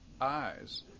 eyes